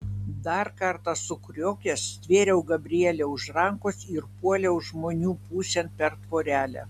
dar kartą sukriokęs stvėriau gabrielę už rankos ir puoliau žmonių pusėn per tvorelę